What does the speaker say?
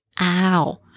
Ow